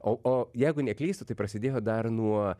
o o jeigu neklystu tai prasidėjo dar nuo